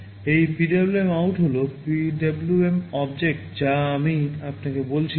এই PwmOut হল PWM object যা আমি আপনাকে বলেছিলাম